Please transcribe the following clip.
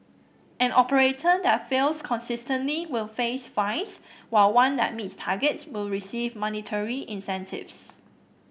an operator that fails consistently will face fines while one that meets targets will receive monetary incentives